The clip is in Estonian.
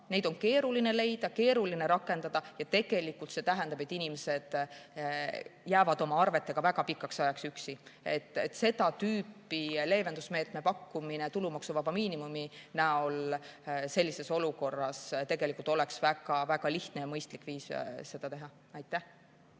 neid on keeruline leida, keeruline rakendada. Tegelikult see tähendab, et inimesed jäävad oma arvetega väga pikaks ajaks üksi. Seda tüüpi leevendusmeetme pakkumine tulumaksuvaba miinimumi näol oleks sellises olukorras tegelikult väga-väga lihtne ja mõistlik viis seda teha. Aitäh!